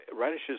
radishes